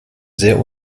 sehr